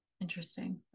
interesting